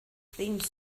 theme